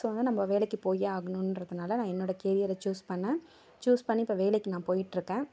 so வந்து நம்ம வேலைக்கு போயே ஆகணும்ன்றதுனால நான் என்னோடய கெரியரை ச்சூஸ் பண்ணேன் ச்சூஸ் பண்ணி இப்போ வேலைக்கு நான் போய்ட்டுருக்கேன்